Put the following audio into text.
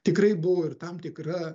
tikrai buvo ir tam tikra